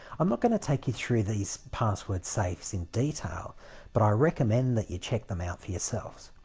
i'm not going to take you through these password safes in detail but i recommend that you check them out for yourselves.